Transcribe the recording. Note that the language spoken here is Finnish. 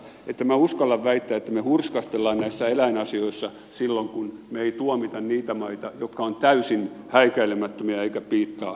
minä uskallan väittää että me hurskastelemme näissä eläinasioissa silloin kun me emme tuomitse niitä maita jotka ovat täysin häikäilemättömiä eivätkä piittaa eläimistä oikeasti